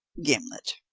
gimblet,